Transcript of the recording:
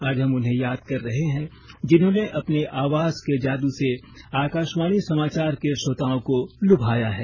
आज हम उन्हें याद कर रहे हैं जिन्होंने अपनी आवाज के जादू से आकाशवाणी समाचार के श्रोताओं को लुभाया है